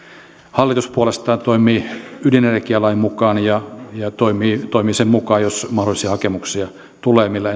hallitus puolestaan toimii ydinenergialain mukaan ja ja toimii toimii sen mukaan jos mahdollisia hakemuksia tulee millä